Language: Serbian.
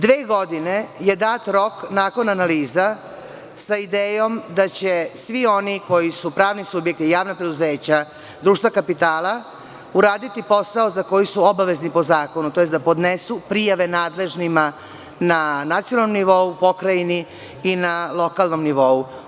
Dve godine je dat rok nakon analiza sa idejom da će svi oni koji su pravni subjekti, javna preduzeća, društva kapitala uraditi posao za koji su obavezni po zakonu, tj. da podnesu prijave nadležnima na nacionalnom nivou, pokrajini i na lokalnom nivou.